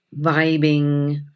vibing